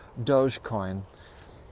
Dogecoin